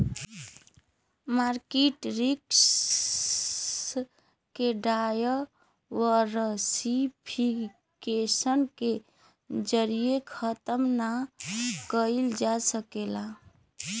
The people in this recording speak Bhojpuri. मार्किट रिस्क के डायवर्सिफिकेशन के जरिये खत्म ना कइल जा सकल जाला